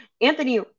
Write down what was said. Anthony